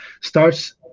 starts